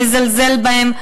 מזלזל בהן,